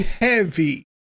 heavy